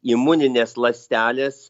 imuninės ląstelės